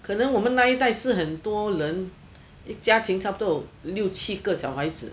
可能我们那一代是很多人一家庭差不多有六七个小孩子